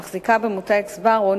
שמחזיקה במותג "סבארו",